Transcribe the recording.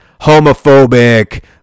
homophobic